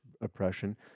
oppression